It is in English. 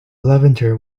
levanter